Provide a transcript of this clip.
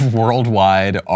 worldwide